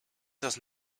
does